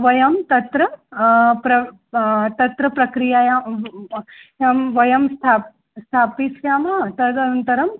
वयं तत्र प्र तत्र प्रक्रियया यां वयं स्थाप् स्थापयिष्यामः तदनन्तरं